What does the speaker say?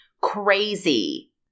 Crazy